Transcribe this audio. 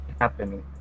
happening